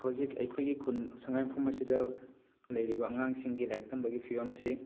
ꯍꯧꯖꯤꯛ ꯑꯩꯈꯣꯏꯒꯤ ꯈꯨꯟ ꯁꯪꯒꯥꯏꯌꯨꯝꯐꯝ ꯑꯁꯤꯗ ꯂꯩꯔꯤꯕ ꯑꯉꯥꯡꯁꯤꯡꯒꯤ ꯂꯥꯏꯔꯤꯛ ꯇꯝꯕꯒꯤ ꯐꯤꯕꯝꯁꯤ